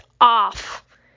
off